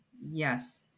Yes